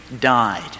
died